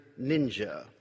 ninja